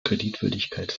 kreditwürdigkeit